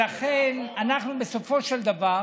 ולכן, אנחנו בסופו של דבר,